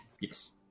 Yes